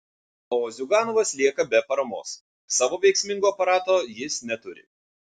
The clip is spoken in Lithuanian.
o ziuganovas lieka be paramos savo veiksmingo aparato jis neturi